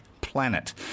planet